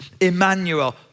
Emmanuel